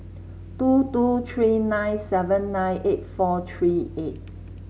two two three nine seven nine eight four three eight